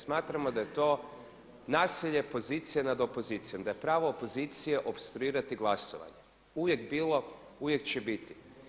Smatramo da je to nasilje pozicija nad opozicijom, da je pravo opozcije opstruirati glasovanje uvijek bilo, uvijek će biti.